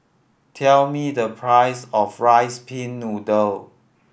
tell me the price of rice pin noodle